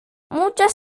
muchas